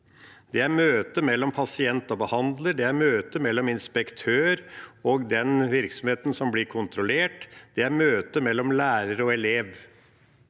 Det er møtet mellom pasient og behandler. Det er møtet mellom inspektør og den virksomheten som blir kontrollert. Det er møtet mellom lærer og elev.